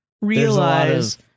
realize